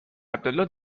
عبدالله